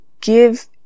give